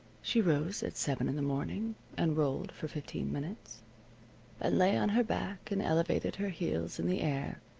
she rose at seven in the morning, and rolled for fifteen minutes, and lay on her back and elevated her heels in the air,